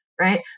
right